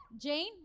Jane